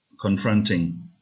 confronting